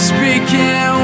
Speaking